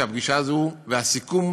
שהפגישה והסיכום